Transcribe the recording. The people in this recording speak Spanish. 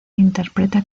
interpreta